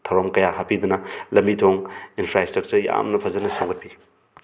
ꯊꯧꯔꯝ ꯀꯌꯥ ꯍꯥꯞꯄꯤꯗꯨꯅ ꯂꯝꯕꯤ ꯊꯣꯡ ꯏꯟꯐ꯭ꯔꯥ ꯏꯁꯇ꯭ꯔꯛꯆꯔ ꯌꯥꯝꯅ ꯐꯖꯅ ꯁꯦꯝꯒꯠꯄꯤ